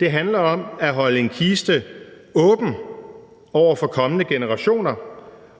det handler om at holde en kiste åben over for kommende generationer,